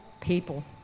people